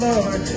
Lord